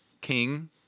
king